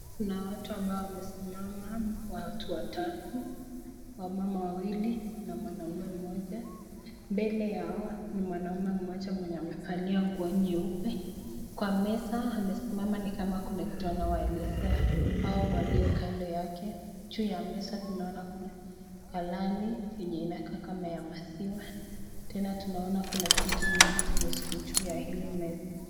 Kuna watu ambao wamesimama watu watatu, wamama wawili na mwanaume mmoja. Mbele yao ni mwanaume mmoja mwenye amevalia nguo nyeupe. Kwa meza amesimama ni kama kuna kitu anawaelezea hao waliokando yake. Juu ya meza tunaona kuna galani yenye inakaa kama ya maziwa. Tena tunaona kuna vitu vingi zenye ziko juu ya hii meza.